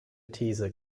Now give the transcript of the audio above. these